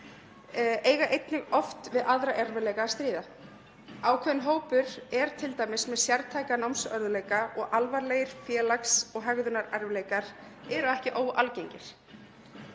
eiga einnig oft við aðra erfiðleika að stríða. Ákveðinn hópur er t.d. með sértæka námsörðugleika og alvarlegir félags- og hegðunarerfiðleikar eru ekki óalgengir.